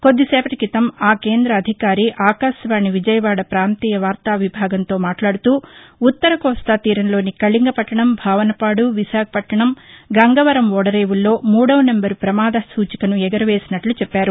కొద్ది సేపటి క్రితం ఆకేంర అధికారి ఆకాశవాణి విజయవాడ ప్రాంతీయ వార్తా విభాగంతో మాట్లాడుతూ ఉత్తర కోస్తా తీరంలోని కళింగపట్టణం భావనపాడు విశాఖపట్టణం గంగవరం ఓడరేవులలో మూడవ నెంబరు ప్రపమాద సూచికను ఎగురవేసినట్లు చెప్పారు